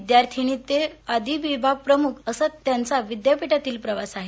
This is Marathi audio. विद्यार्थिनी ते अधिविभागप्रमुख असा त्यांचा विद्यापीठातील प्रवास आहे